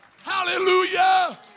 Hallelujah